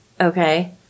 Okay